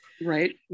right